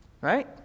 right